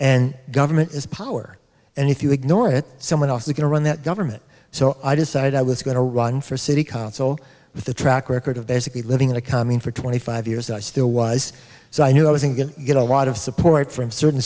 and government is power and if you ignore it someone else you can run that government so i decided i was going to run for city council with the track record of their city living in a commune for twenty five years i still was so i knew i wasn't going to get a lot of support from certain